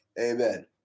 Amen